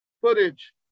footage